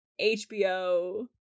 HBO